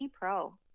Pro